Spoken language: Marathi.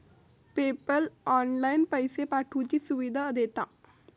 पेपल ऑनलाईन पैशे पाठवुची सुविधा देता